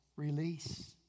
release